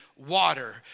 water